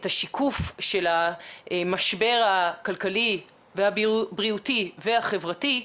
את השיקוף של המשבר הכלכלי והבריאותי והחברתי,